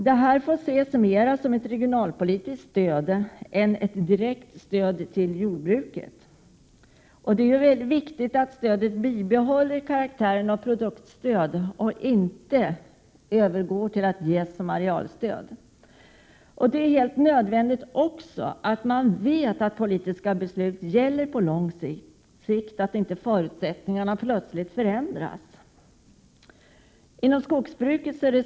Detta skall mera ses som ett regionalpolitiskt stöd än ett stöd direkt till jordbruket. Det är även viktigt att stödet bibehåller sin karaktär av produktstöd och inte övergår till att utgöra arealstöd. Det är också nödvändigt att politiska beslut gäller på lång sikt, så att förutsättningarna inte plötsligt förändras.